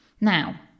Now